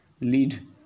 lead